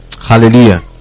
Hallelujah